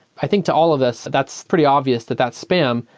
i think to all of this, that's pretty obvious that that's spam.